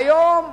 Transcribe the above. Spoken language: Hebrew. והיום,